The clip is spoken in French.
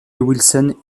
wilson